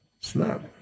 snap